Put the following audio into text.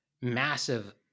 massive